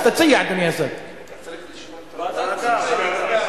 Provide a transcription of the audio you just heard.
אז תציע, אדוני השר.